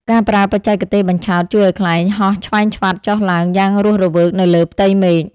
ការប្រើបច្ចេកទេស បញ្ឆោត ជួយឱ្យខ្លែងហោះឆ្វែវឆ្វាត់ចុះឡើងយ៉ាងរស់រវើកនៅលើផ្ទៃមេឃ។